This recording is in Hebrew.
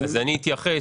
אתייחס.